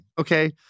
okay